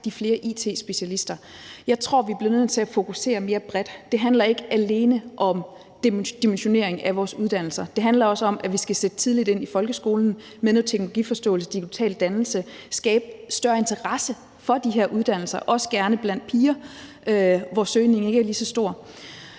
flere it-specialister. Jeg tror, vi bliver nødt til at fokusere mere bredt. Det handler ikke alene om dimensioneringen af vores uddannelser. Det handler også om, at vi skal sætte tidligt ind i folkeskolen med noget teknologiforståelse og digital dannelse og skabe større interesse for de her uddannelser, også gerne blandt piger, hvor søgningen ikke er lige så stor.